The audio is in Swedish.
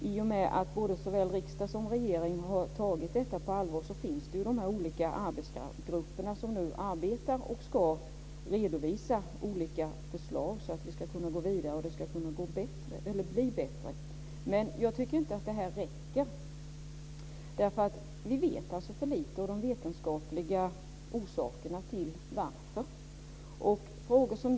I och med att såväl riksdag som regering har tagit detta på allvar finns ju de här olika arbetsgrupperna, som nu arbetar och ska redovisa olika förslag, så att vi ska kunna gå vidare och det ska kunna bli bättre. Men jag tycker inte att det här räcker. Vi vet för lite om de vetenskapliga orsakerna till att det är så här.